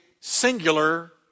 singular